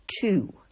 two